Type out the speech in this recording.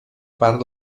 part